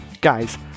Guys